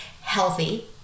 healthy